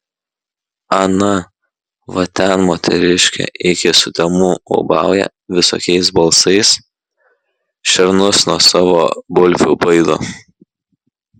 ana va ten moteriškė iki sutemų ūbauja visokiais balsais šernus nuo savo bulvių baido